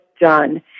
done